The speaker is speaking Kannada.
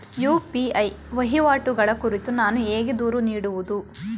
ಯು.ಪಿ.ಐ ವಹಿವಾಟುಗಳ ಕುರಿತು ನಾನು ಹೇಗೆ ದೂರು ನೀಡುವುದು?